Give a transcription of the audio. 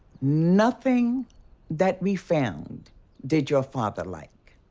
nothing that we found did your father like.